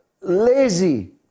lazy